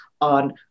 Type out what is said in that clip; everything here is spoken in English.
on